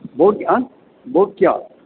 both आ भवत्याः